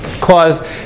cause